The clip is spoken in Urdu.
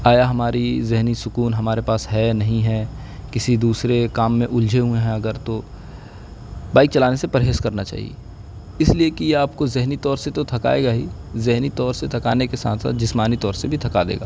آیا ہماری ذہنی سکون ہمارے پاس ہے یا نہیں ہے کسی دوسرے کام میں الجھے ہوئے ہیں اگر تو بائک چلانے سے پرہیز کرنا چاہیے اس لیے کہ آپ کو ذہبی طور سے تو تھکائے گا ہی ذہنی طور سے تھکانے کے ساتھ ساتھ جسمانی طور سے بھی تھکا دے گا